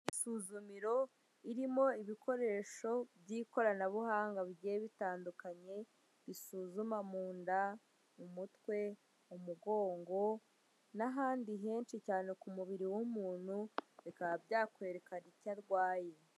Isuzumiro ririmo ibikoresho by'ikoranabuhanga bigiye bitandukanye, bisuzuma mu nda, umutwe, umugongo n'ahandi henshi cyane ku mubiri w'umuntu, bikaba byakwerekana icyo arwaye.